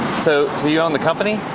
so so you own the company?